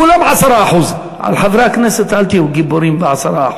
כולם 10%. על חברי הכנסת אל תהיו גיבורים ב-10%,